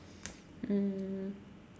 um